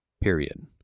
Period